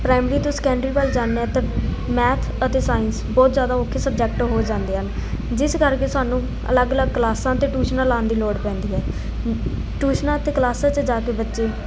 primary ਅਤੇ secondary ਵੱਲ ਜਾਂਦੇ ਹਾਂ ਤਾਂ ਮੈਥ ਅਤੇ ਸਾਇੰਸ ਬਹੁਤ ਜ਼ਿਆਦਾ ਔਖੇ ਸਬਜੈਕਟ ਹੋ ਜਾਂਦੇ ਹਨ ਜਿਸ ਕਰਕੇ ਸਾਨੂੰ ਅਲੱਗ ਅਲੱਗ ਕਲਾਸਾਂ ਅਤੇ ਟਿਊਸ਼ਨਾਂ ਲਾਉਣ ਦੀ ਲੋੜ ਪੈਂਦੀ ਹੈ ਟਿਊਸ਼ਨਾਂ ਅਤੇ ਕਲਾਸਾਂ 'ਚ ਜਾ ਕੇ ਬੱਚੇ